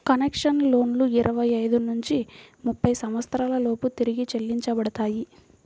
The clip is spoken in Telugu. కన్సెషనల్ లోన్లు ఇరవై ఐదు నుంచి ముప్పై సంవత్సరాల లోపు తిరిగి చెల్లించబడతాయి